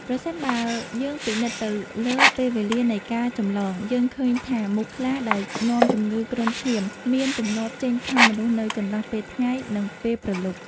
ប្រសិនបើយើងពិនិត្យទៅលើពេលវេលានៃការចម្លង យើងឃើញថាមូសខ្លាដែលនាំជំងឺគ្រុនឈាមមានទម្លាប់ចេញខាំមនុស្សនៅចន្លោះពេលថ្ងៃ និងពេលព្រលប់។